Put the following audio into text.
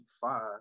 five